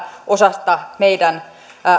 osasta meidän